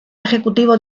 ejecutivo